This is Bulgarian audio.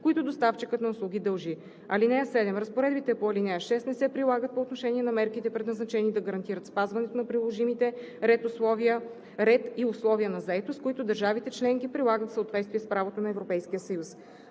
които доставчикът на услуги дължи. (7) Разпоредбите на ал. 6 не се прилагат по отношение на мерките, предназначени да гарантират спазването на приложимите ред и условия на заетост, които държавите членки прилагат в съответствие с правото на Европейския съюз.